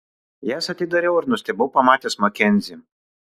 jas atidariau ir nustebau pamatęs makenzį